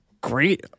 great